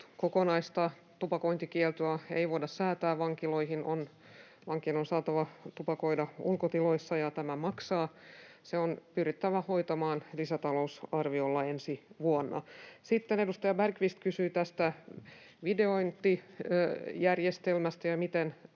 kokonaista tupakointikieltoa ei voida säätää vankiloihin. Vankien on saatava tupakoida ulkotiloissa, ja tämä maksaa. Se on pyrittävä hoitamaan lisätalousarviolla ensi vuonna. Sitten edustaja Bergqvist kysyi tästä videointijärjestelmästä ja siitä,